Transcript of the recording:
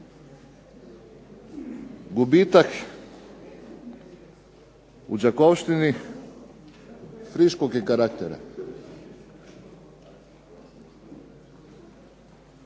Gubitak u "Đakovštini" friškog je karaktera.